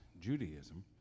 Judaism